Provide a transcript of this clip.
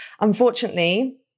Unfortunately